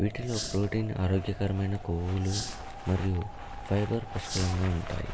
వీటిలో ప్రోటీన్ ఆరోగ్యకరమైన క్రొవ్వులు మరియు ఫైబర్ పుష్కలంగా ఉంటాయి